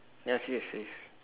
ya serious serious